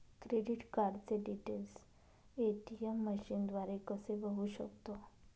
Credit कार्डचे details ATM मशीनद्वारे कसे बघू शकतो?